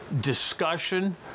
discussion